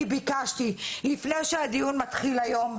אני ביקשתי, לפני שהדיון מתחיל היום,